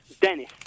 Dennis